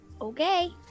Okay